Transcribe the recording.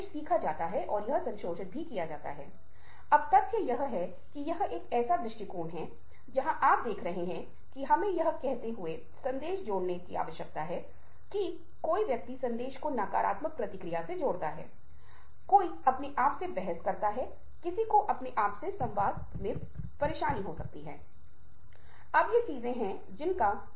यदि आप समूहों का निरीक्षण करते हैं तो आप पाएंगे कि समूहों में एक व्यक्ति बोल रहा है और हो सकता है कि दो लोग उसे बाधित कर रहे हैं जबकि तीसरा व्यक्ति अवसर या विराम की प्रतीक्षा कर रहा है और यदि उसे अवकाश नहीं मिलता है तो वह चिल्लाता है और बोलता है